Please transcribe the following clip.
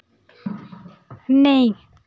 नेईं